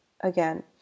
again